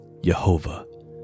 Yehovah